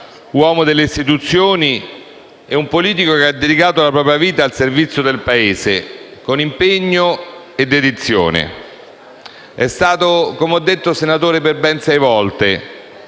uomo delle istituzioni, un politico che ha dedicato la propria vita al servizio del Paese, con impegno e dedizione. È stato - come ho testé detto - senatore per ben sei volte,